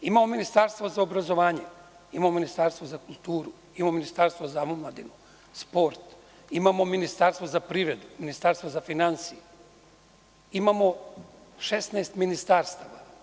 Imamo Ministarstvo za obrazovanje, imamo Ministarstvo za kulturu, imamo Ministarstvo za omladinu i sport, imamo Ministarstvo za privredu, imamo Ministarstvo za finansije, imamo 16 ministarstava.